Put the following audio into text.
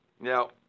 Now